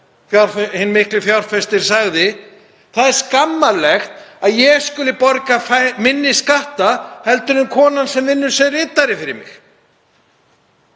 hinn mikli fjárfestir, sagði: Það er skammarlegt að ég skuli borga lægri skatta en konan sem vinnur sem ritari fyrir mig.